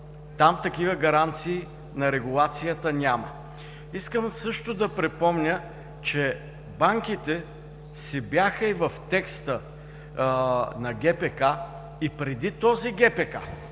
Там такива гаранции на регулацията няма. Искам също да припомня, че банките бяха в текста на ГПК и преди този ГПК.